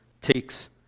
takes